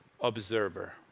observer